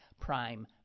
prime